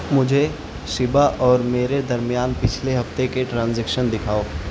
مجھے شیبہ اور میرے درمیان پچھلے ہفتے کے ٹرانزیکشن دکھاؤ